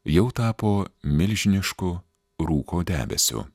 jau tapo milžinišku rūko debesiu